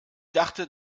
dachte